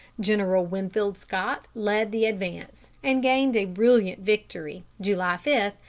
general winfield scott led the advance, and gained a brilliant victory, july five,